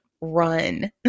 run